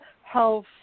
health